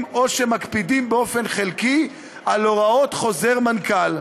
או שמקפידים באופן חלקי על הוראות חוזר מנכ"ל.